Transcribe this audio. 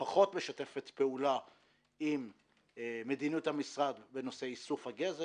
פחות משתפת פעולה עם מדיניות המשרד בנושא איסוף הגזם,